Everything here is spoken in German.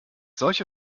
solche